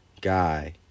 guy